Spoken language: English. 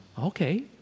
okay